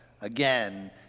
again